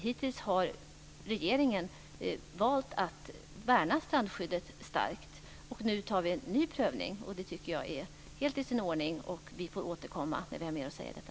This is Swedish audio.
Hittills har regeringen valt att värna strandskyddet starkt. Nu gör vi en ny prövning. Det tycker jag är helt i sin ordning. Vi får återkomma när vi har mer att säga om detta.